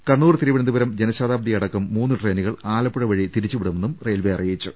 കണ്ണൂർ തിരുവനന്തപുരം ജനശതാബ്ദിയടക്കം മൂന്ന് ട്രെയിനുകൾ ആലപ്പുഴ വഴി തിരിച്ചുവിടുമെന്നും റെയിൽവെ അറിയിച്ചു